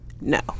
no